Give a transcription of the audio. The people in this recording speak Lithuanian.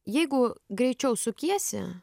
jeigu greičiau sukiesi